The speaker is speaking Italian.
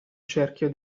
cerchio